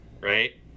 right